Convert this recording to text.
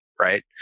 right